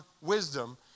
wisdom